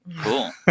Cool